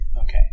Okay